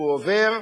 הוא עובר,